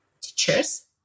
teachers